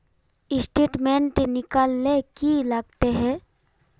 Statement निकले ले की लगते है?